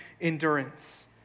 endurance